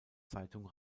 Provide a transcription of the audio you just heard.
zeitung